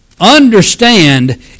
Understand